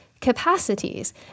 capacities